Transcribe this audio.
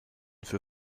für